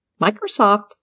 Microsoft